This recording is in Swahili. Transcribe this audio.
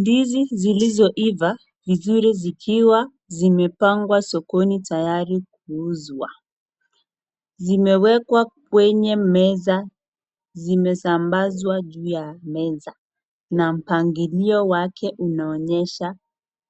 Ndizi zilizoiva vizuri zikiwa zimepangwa sokoni tayari kuuzwa. Zimewekwa kwenye meza, zimezambazwa juu ya meza na mpangilio wake unaonyesha